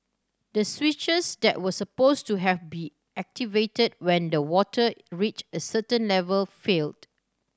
the switches that were supposed to have be activated when the water reached a certain level failed